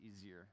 easier